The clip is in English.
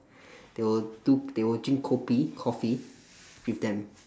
they will do they will drink kopi coffee with them